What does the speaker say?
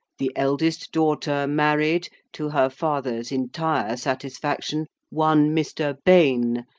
the eldest daughter married, to her father's entire satisfaction, one mr. bayne,